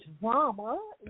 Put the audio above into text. Drama